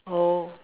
oh